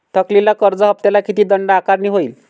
थकलेल्या कर्ज हफ्त्याला किती दंड आकारणी होईल?